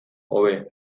hobe